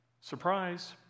surprise